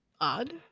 odd